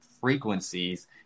frequencies